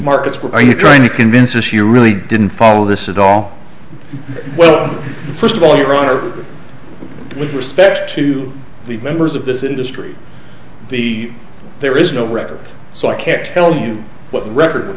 markets where are you trying to convince us you really didn't follow this at all well first of all your honor with respect to the members of this industry the there is no record so i can't tell you what the record